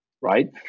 right